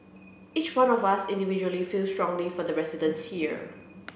each one of us individually feels strongly for the residents here